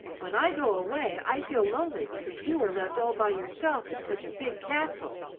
when i go away i feel lonely because you are left all by yourself in such a big castle.